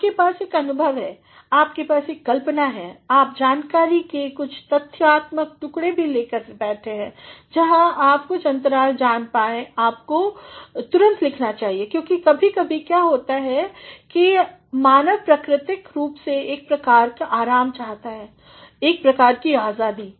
आपके पास एक अनुभव है आपके पास एक कल्पना है आप जानकारी के कुछ तथ्यात्मक टुकड़े से मिले जहाँ और आप कुछ अंतराल जान पाएं हैं आपको तुरंत लिखना चाहिए क्योंकि कभी कभी यह होता है मानव प्राकृतिक रूप से एक प्रकार की आराम चाहता है एक प्रकार की आज़ादी